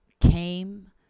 came